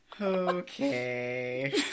Okay